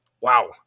wow